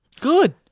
Good